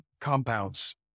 compounds